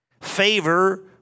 Favor